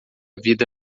vida